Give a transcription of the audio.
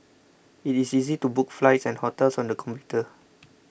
it is easy to book flights and hotels on the computer